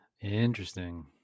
Interesting